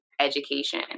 education